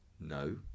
no